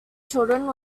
children